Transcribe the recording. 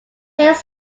lakes